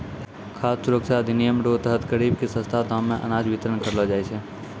खाद सुरक्षा अधिनियम रो तहत गरीब के सस्ता दाम मे अनाज बितरण करलो जाय छै